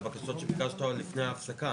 יש גם את הבקשות שביקשת לפני ההפסקה.